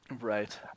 Right